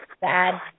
bad